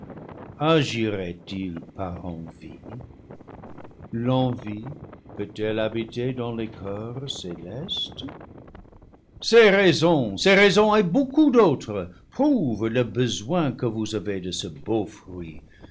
agirait il par envie l'envie peut elle habiter dans les coeurs célestes ces raisons ces raisons et beaucoup d'autres prouvent le besoin que vous avez de ce beau fruit